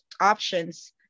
options